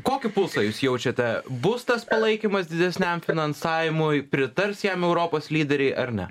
kokį pulsą jūs jaučiate bus tas palaikymas didesniam finansavimui pritars jam europos lyderiai ar ne